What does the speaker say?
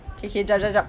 okay okay jap jap jap